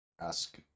ask